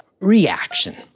reaction